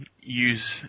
use